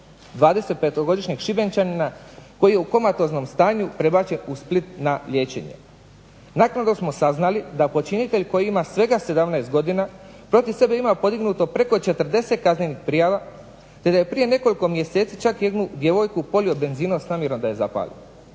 25-godišnjeg Šibenčanina koji je u komatoznom stanju prebačen u Split na liječenje. Naknadno smo saznali da počinitelj koji ima svega 17 godina protiv sebe ima podignuto preko 40 kaznenih prijava, te da je prije nekoliko mjeseci jednu djevojku polio s benzinom s namjerom da je zapali.